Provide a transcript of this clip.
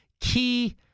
key